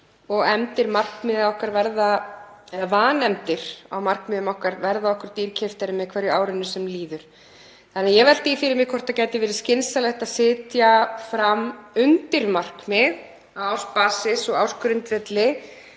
og vanefndir á markmiðum okkar verða okkur dýrkeyptari með hverju árinu sem líður. Því velti ég fyrir mér hvort það gæti verið skynsamlegt að setja fram undirmarkmið á ársgrundvelli